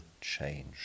change